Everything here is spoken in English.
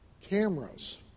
Cameras